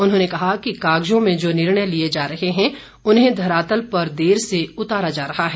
उन्होंने कहा कि कागजों में जो निर्णय लिए जा रहे हैं उन्हें धरातल पर देर से उतारा जा रहा है